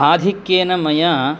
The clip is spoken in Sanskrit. आधिक्येन मया